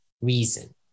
reason